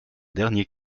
derniers